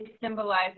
symbolizes